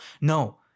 No